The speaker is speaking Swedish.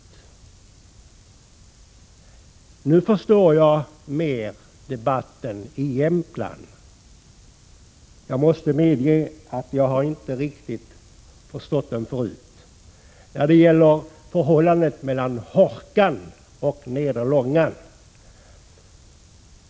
Nu förstår jag debatten i Jämtland bättre. Jag måste medge att jag inte har kunnat förstå den riktigt tidigare. Det gällde förhållandet mellan Hårkan och nedre Långan.